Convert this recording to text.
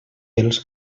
els